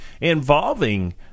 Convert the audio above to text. involving